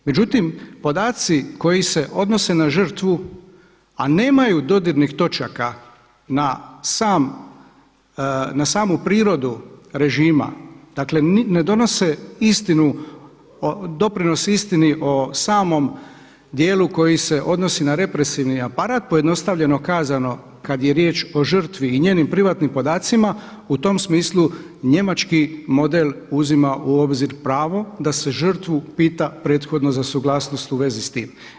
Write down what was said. Međutim, podaci koji se odnose na žrtvu a nemaju dodirnih točaka na samu prirodu režima, dakle ne donose istinu, doprinos istini o samom dijelu koji se odnosi na represivni aparat pojednostavljeno kazano kad je riječ o žrtvi i njenim privatnim podacima u tom smislu njemački model uzima u obzir pravo da se žrtvu pita prethodno za suglasnost u vezi s tim.